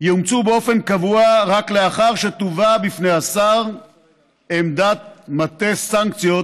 יאומצו באופן קבוע רק לאחר שתובא בפני השר עמדת מטה הסנקציות